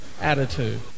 attitude